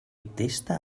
testa